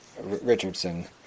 Richardson